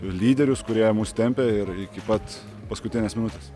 lyderius kurie mus tempė ir iki pat paskutinės minutės